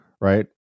right